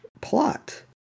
plot